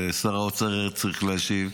ושר האוצר היה צריך להשיב.